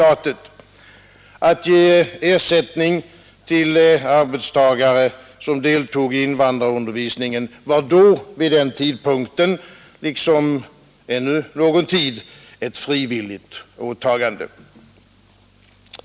Att ge ersättning till arbetstagare som deltog i invandrarundervisningen var vid den tidpunkten liksom ännu någon tid ett frivilligt åtagande.